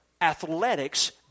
athletics